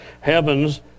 heavens